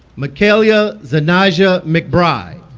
mikhayaha zanijah mcbride